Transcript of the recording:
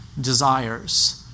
desires